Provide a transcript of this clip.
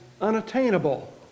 unattainable